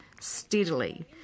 steadily